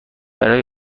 برای